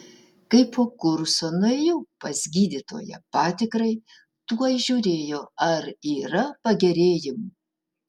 kai po kurso nuėjau pas gydytoją patikrai tuoj žiūrėjo ar yra pagerėjimų